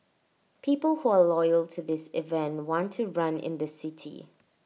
people who are loyal to this event want to run in the city